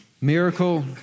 miracle